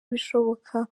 ibishoboka